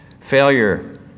failure